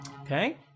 okay